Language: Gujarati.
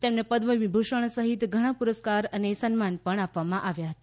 તેમને પદ્મવિભૂષણ સહિત ઘણા પુરસ્કાર અને સન્માન આપવામાં આવ્યા હતા